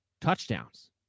touchdowns